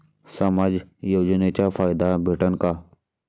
समाज योजनेचा फायदा भेटन का?